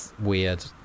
weird